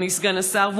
אדוני סגן השר,